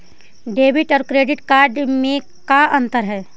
Debit और credit card में का अंतर है?